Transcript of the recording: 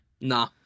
Nah